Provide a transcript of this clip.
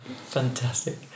Fantastic